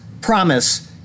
promise